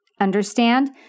Understand